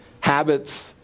Habits